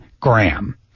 Graham